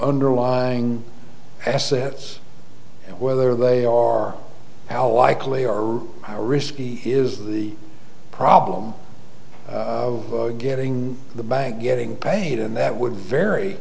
underlying assets and whether they are likely or risky is the problem of getting the bank getting paid and that would vary